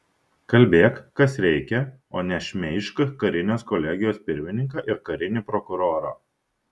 kalbėk kas reikia o ne šmeižk karinės kolegijos pirmininką ir karinį prokurorą